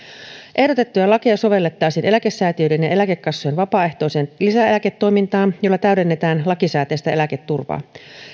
ehdotettuja lakeja sovellettaisiin eläkesäätiöiden ja eläkekassojen vapaaehtoiseen lisäeläketoimintaan jolla täydennetään lakisääteistä eläketurvaa